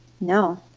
No